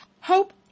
hope